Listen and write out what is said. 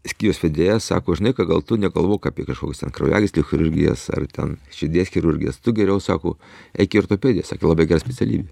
skyriaus vedėjas sako žinai ką gal tu negalvok apie kažkokias kraujagyslių chirurgijas ar ten širdies chirurgijas tu geriau sako eik į ortopediją sakė labai gera specialybė